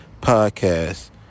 Podcast